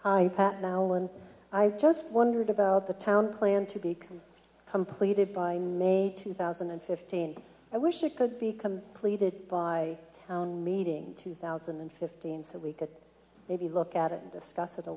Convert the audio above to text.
hi pat now and i just wondered about the town plan to be completed by two thousand and fifteen i wish it could become cleated by meeting two thousand and fifteen so we could maybe look at it and discuss it a